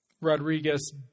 Rodriguez